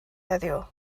heddiw